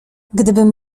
gdybym